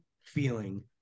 feeling